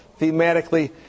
thematically